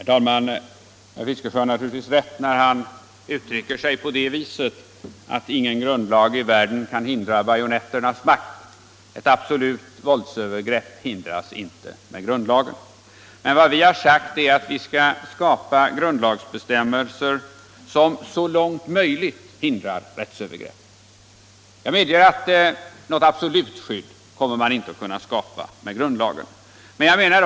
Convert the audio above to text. Nr 149 Herr talman! Herr Fiskesjö har naturligtvis rätt när han uttrycker sig Fredagen den på det viset att ingen grundlag i världen kan hindra bajonetternas makt. 4 juni 1976 Absoluta våldsövergrepp hindras inte med grundlagen. dr rr Men vad jag sagt är att vi skall skapa grundlagsbestämmelser som = Frioch rättigheter i så långt möjligt hindrar rättsövergrepp. Jag medger att något absolut grundlag skydd inte kommer att kunna skapas med hjälp av grundlagen.